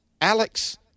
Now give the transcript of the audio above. Alex